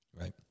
Right